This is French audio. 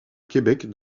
québec